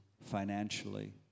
financially